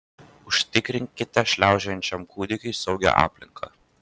užtikrinkite šliaužiojančiam kūdikiui saugią aplinką